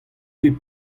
ket